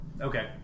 Okay